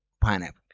pineapple